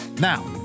Now